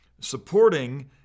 supporting